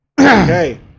Okay